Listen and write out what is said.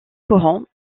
courant